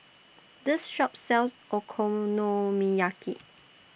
This Shop sells Okonomiyaki